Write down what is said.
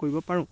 কৰিব পাৰোঁ